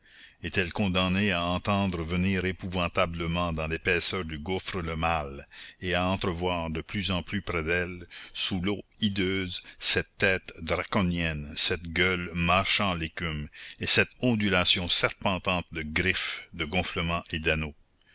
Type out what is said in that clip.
est-elle condamnée à entendre venir épouvantablement dans l'épaisseur du gouffre le mal et à entrevoir de plus en plus près d'elle sous l'eau hideuse cette tête draconienne cette gueule mâchant l'écume et cette ondulation serpentante de griffes de gonflements et